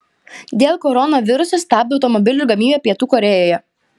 dėl koronaviruso stabdo automobilių gamybą pietų korėjoje